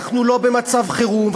אנחנו לא במצב חירום,